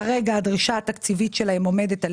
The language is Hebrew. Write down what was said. כרגע הדרישה התקציבית שלהם עומדת על